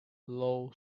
low